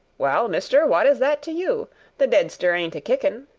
well, mister, wot is that to you the deadster ain't a-kickin'.